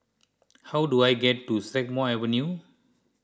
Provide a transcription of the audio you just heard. how do I get to Strathmore Avenue